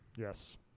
Yes